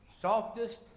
softest